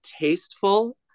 tasteful